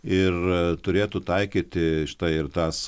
ir turėtų taikyti štai ir tas